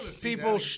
People